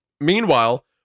Meanwhile